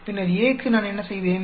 பின்னர் A க்கு நான் என்ன செய்தேன்